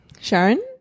Sharon